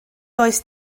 does